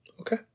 Okay